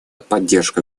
поддержка